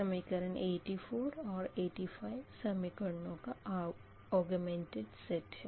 समीकरण 84 और 85 समीकरणों का ऑग्यूमंटड सेट है